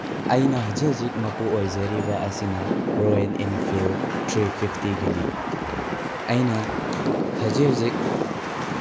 ꯑꯩꯅ ꯍꯧꯖꯤꯛ ꯍꯧꯖꯤꯛ ꯃꯄꯨ ꯑꯣꯏꯖꯔꯤꯕ ꯑꯁꯤꯅ ꯔꯣꯌꯦꯟ ꯏꯟꯐꯤꯜ ꯊ꯭ꯔꯤ ꯐꯤꯐꯇꯤꯒꯤꯅꯤ ꯑꯩꯅ ꯍꯧꯖꯤꯛ ꯍꯧꯖꯤꯛ